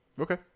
Okay